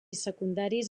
secundaris